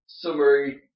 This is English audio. Summary